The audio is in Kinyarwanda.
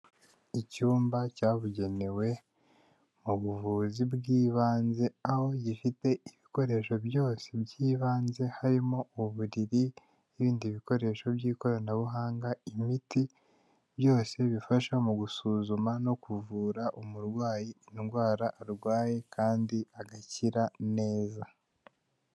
Icyumba cyabugenewe mu buvuzi bw'ibanze aho gifite ibikoresho byose by'ibanze, harimo uburiri n'ibindi bikoresho by'ikoranabuhanga, imiti byose bifasha mu gusuzuma no kuvura umurwayi indwara arwaye kandi agakira neza.